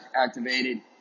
activated